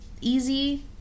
easy